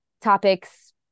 topics